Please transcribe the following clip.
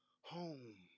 Home